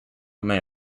may